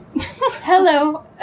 Hello